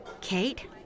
Kate